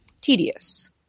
tedious